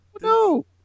No